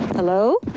hello?